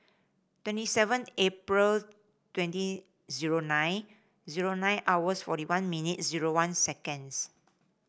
twenty seven April twenty zero nine zero nine hours forty one minutes zero one seconds